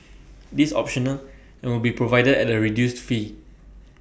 this optional and will be provided at A reduced fee